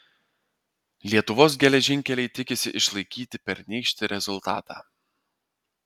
lietuvos geležinkeliai tikisi išlaikyti pernykštį rezultatą